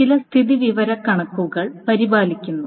ചില സ്ഥിതിവിവരക്കണക്കുകൾ പരിപാലിക്കുന്നു